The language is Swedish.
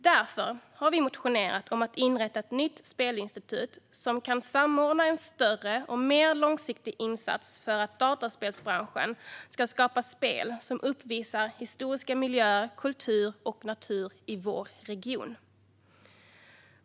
Därför har vi motionerat om att inrätta ett nytt spelinstitut som kan samordna en större och mer långsiktig insats för att dataspelsbranschen ska skapa spel som uppvisar historiska miljöer, kultur och natur i den svenska och nordiska regionen.